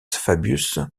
fabius